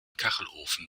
kachelofen